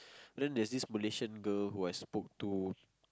then there's this Malaysian girl who I spoke to